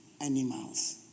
animals